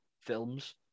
films